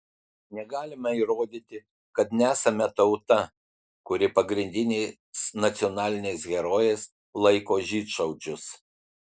negalime įrodyti kad nesame tauta kuri pagrindiniais nacionaliniais herojais laiko žydšaudžius